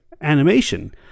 animation